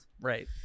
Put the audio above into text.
Right